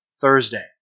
Thursday